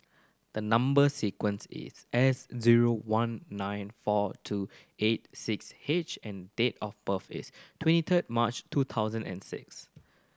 the number sequence is S zero one nine four two eight six H and date of birth is twenty third March two thousand and six